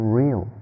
real